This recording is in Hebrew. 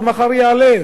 הוא מחר יעלה,